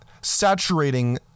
saturating